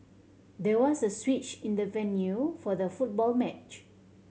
there was a switch in the venue for the football match